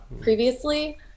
previously